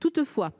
Toutefois,